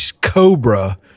cobra